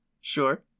Sure